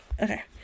Okay